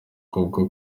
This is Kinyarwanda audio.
kubwo